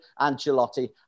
Ancelotti